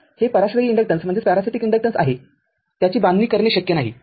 हे पराश्रयी इन्डक्टन्स आहे त्याची बांधणी करणे शक्य नाही